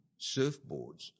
surfboards